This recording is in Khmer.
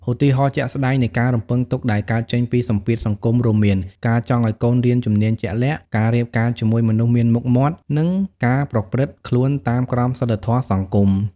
ឧទាហរណ៍ជាក់ស្ដែងនៃការរំពឹងទុកដែលកើតចេញពីសម្ពាធសង្គមរួមមាន ការចង់ឲ្យកូនរៀនជំនាញជាក់លាក់ ការរៀបការជាមួយមនុស្សមានមុខមានមាត់ និងការប្រព្រឹត្តខ្លួនតាមក្រមសីលធម៌សង្គម។